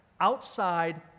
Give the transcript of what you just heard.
outside